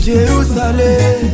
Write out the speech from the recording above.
Jerusalem